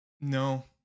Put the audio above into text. No